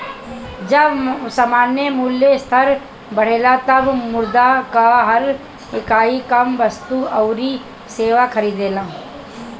जब सामान्य मूल्य स्तर बढ़ेला तब मुद्रा कअ हर इकाई कम वस्तु अउरी सेवा खरीदेला